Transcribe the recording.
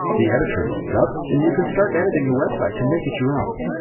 the editor loads up and you can start editing the website to make it your own.